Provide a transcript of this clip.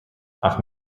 ach